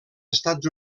estats